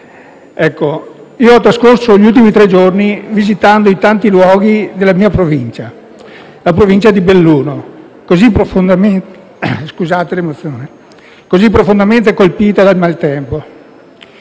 Est. Ho trascorso gli ultimi tre giorni visitando i tanti luoghi della mia Provincia, la Provincia di Belluno, così profondamente colpita dal maltempo.